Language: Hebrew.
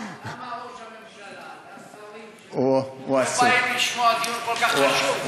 למה ראש הממשלה והשרים לא באים לשמוע דיון כל כך חשוב?